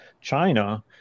china